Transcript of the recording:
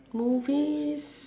movies